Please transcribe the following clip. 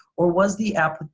or was the app,